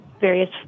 various